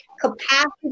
capacity